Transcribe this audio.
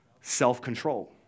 Self-control